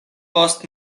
post